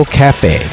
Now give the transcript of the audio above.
cafe